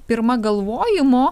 pirma galvojimo